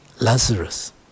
Lazarus